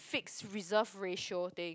fixed reserve ratio thing